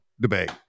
debate